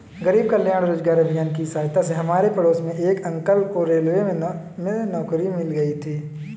गरीब कल्याण रोजगार अभियान की सहायता से हमारे पड़ोस के एक अंकल को रेलवे में नौकरी मिल गई थी